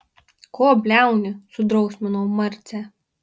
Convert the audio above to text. ko bliauni sudrausmino marcę